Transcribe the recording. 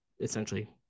essentially